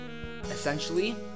essentially